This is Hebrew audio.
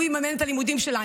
הוא יממן את הלימודים שלה.